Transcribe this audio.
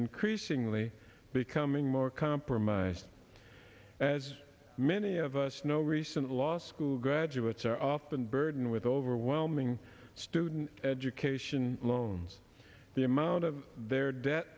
increasingly becoming more compromised as many of us know recent law school graduates are often burdened with overwhelming student education loans the amount of their debt